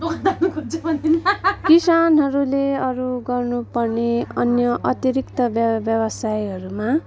किसानहरूले अरू गर्नु पर्ने अन्य अतिरिक्त व्य व्यवसायीहरूमा